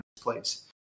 place